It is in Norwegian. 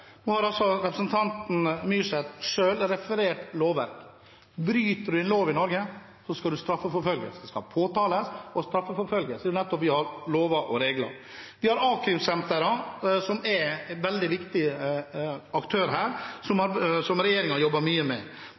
Representanten Myrseth selv refererte til lovverket. Bryter man en lov i Norge, skal man straffeforfølges. Det skal påtales og straffeforfølges. Det er nettopp derfor vi har lover og regler. Vi har a-krimsentrene som er en veldig viktig aktør, som regjeringen har jobbet mye med. Det er for å få samordnet kontroll med